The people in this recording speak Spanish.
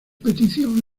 petición